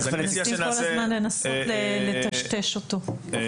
מנסים כל הזמן לנסות לטשטש אותו.